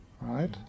Right